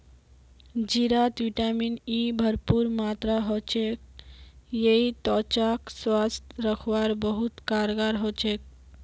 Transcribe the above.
जीरात vitamin E भरपूर मात्रात ह छेक यई त्वचाक स्वस्थ रखवात बहुत कारगर ह छेक